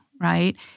right